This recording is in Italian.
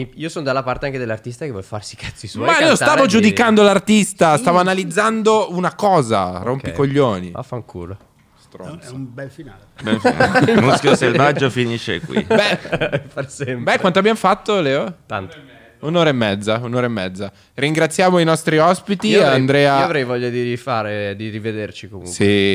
Io sono dalla parte anche dell'artista che vuole farsi i cazzi suoi, Ma io non cantare stavo e di- giudicando l'artista, stavo Sì, sì, sì. analizzando una cosa, Ok. rompi coglioni. Vaffanculo. Stronzo. È un bel finale. Bel finale. Il muschio selvaggio finisce qui. Beh- Per sempre. Beh, quanto abbiamo fatto, Leo? Tanto. Un'ora e mezza, un'ora e mezza. Ringraziamo i nostri ospiti, Io avrei- Andrea- io avrei voglia di rifare- di rivederci comunque. Sì,